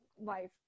life